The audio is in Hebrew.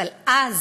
אבל אז